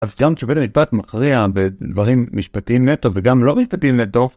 אז גם כשבית המשפט מכריע בדברים משפטיים נטו וגם לא משפטיים נטו